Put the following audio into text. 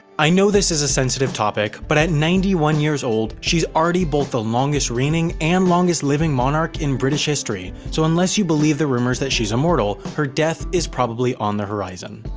i know this is a sensitive topic, but at ninety one years old she's already both the longest-reigning and longest-living monarch in british history, so unless you believe the rumors that she's immortal, her death is probably on the horizon.